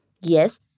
Yes